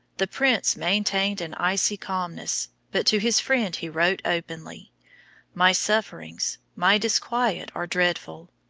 the prince maintained an icy calmness, but to his friend he wrote openly my sufferings, my disquiet, are dreadful.